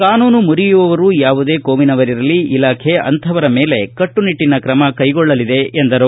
ಕಾನೂನು ಮುರಿಯುವವರು ಯಾವುದೇ ಕೋಮಿನವರಿರಲಿ ಇಲಾಖೆ ಅಂಥವರ ಮೇಲೆ ಕಟ್ಟುನಿಟ್ಟಿನ ಕ್ರಮ ಕೈಗೊಳ್ಳಲಿದೆ ಎಂದರು